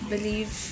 believe